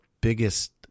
biggest